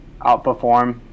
outperform